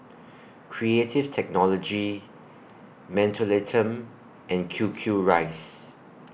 Creative Technology Mentholatum and Q Q Rice